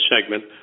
segment